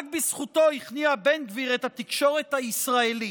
רק בזכותו הכניע בן גביר את התקשורת הישראלית,